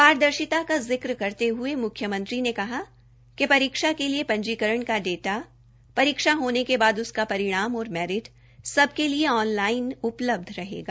पारदर्शिता का जिक्र करते हये मुख्यमंत्री ने कहा कि परीक्षा के लिए पंजीकरण का डेटा परीक्षा होने के बाद उसका परिणाम और मेरिट सबके लिए ऑन लाइन उपलब्ध रहेगा